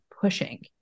pushing